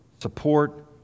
support